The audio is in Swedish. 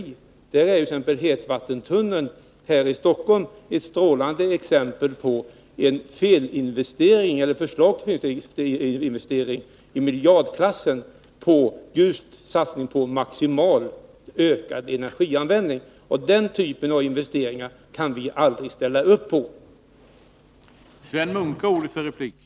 Mot den bakgrunden är t.ex. förslaget om en hetvattentunnel till Stockholm ett strålande exempel på en felinvestering i miljardklassen. Det är en satsning på en maximalt ökad energianvändning. Den typen av investeringar kan vi aldrig ställa oss bakom.